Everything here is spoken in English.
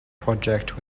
project